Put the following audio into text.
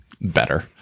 better